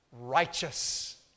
righteous